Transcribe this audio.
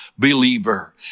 believer